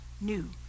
new